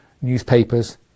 newspapers